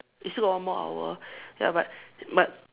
we still got one more hour ya but but